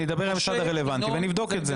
אני אדבר עם המשרד הרלוונטי ואני אבדוק את זה.